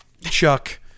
Chuck